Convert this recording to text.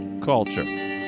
culture